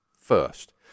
first